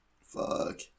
Fuck